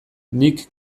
nik